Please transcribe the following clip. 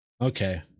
Okay